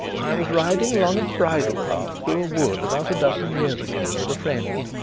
i was riding along a bridle-path through a wood about a dozen years ago with a friend.